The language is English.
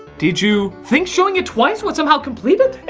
did you. think showing it twice would somehow complete it? hey!